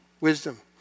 wisdom